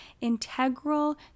integral